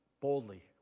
boldly